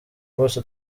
rwose